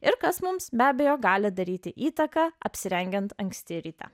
ir kas mums be abejo gali daryti įtaką apsirengiant anksti ryte